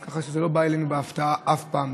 ככה שזה לא בא אלינו בהפתעה אף פעם,